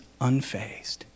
unfazed